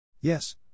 Yes